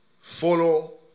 Follow